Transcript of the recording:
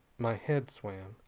my head swam,